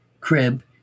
crib